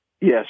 yes